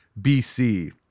BC